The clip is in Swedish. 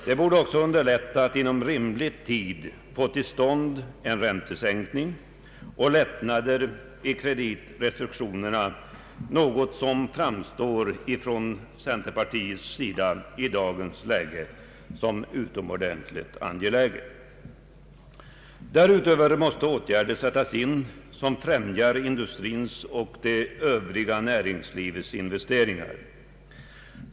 Det borde även underlätta för oss att inom rimlig tid få till stånd en räntesänkning och lättnader i kreditrestriktionerna vilket för oss inom centerpartiet i dagens läge framstår som utomordentligt angeläget. Därutöver måste åtgärder sättas in som främjar industrins och det övriga näringslivets investeringar.